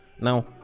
Now